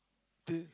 they